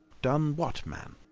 done what, man?